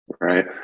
Right